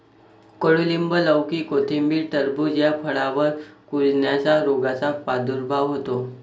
कडूलिंब, लौकी, कोथिंबीर, टरबूज या फळांवर कुजण्याच्या रोगाचा प्रादुर्भाव होतो